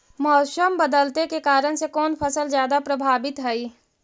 मोसम बदलते के कारन से कोन फसल ज्यादा प्रभाबीत हय?